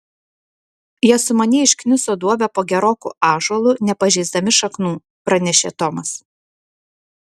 jie sumaniai iškniso duobę po geroku ąžuolu nepažeisdami šaknų pranešė tomas